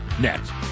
next